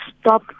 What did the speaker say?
stop